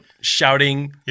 shouting